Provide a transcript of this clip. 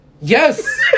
Yes